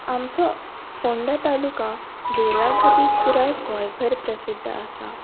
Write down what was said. आमचो फोंडा तालुका देवळां खातीर पुराय गोंयभर प्रसिद्द आसा